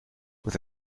with